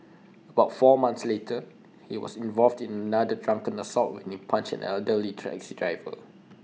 about four months later he was involved in another drunken assault when he punched an elderly taxi driver